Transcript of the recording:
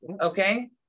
Okay